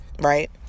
right